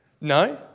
No